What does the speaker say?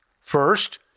First